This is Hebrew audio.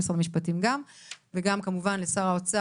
גם למשרד המשפטים וכמובן גם לשר האוצר,